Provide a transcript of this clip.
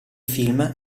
film